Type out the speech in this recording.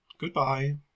Goodbye